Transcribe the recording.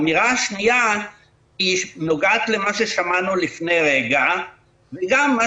האמירה השנייה נוגעת למה ששמענו לפני רגע וגם מה